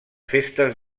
festes